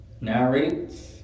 narrates